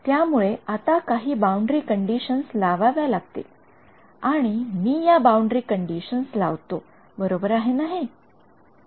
त्यामुळे मला काही बाउंडरी कंडिशन्स लावाव्या लागतील आणि मी या बाउंडरी कंडिशन्स लावतो बरोबर आहे ना हे